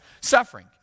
suffering